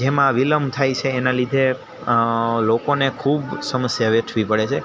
જેમાં વિલંબ થાય છે એના લીધે લોકોને ખૂબ સમસ્યા વેઠવી પડે છે